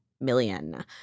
million